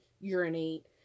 urinate